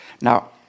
now